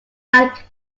like